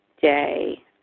day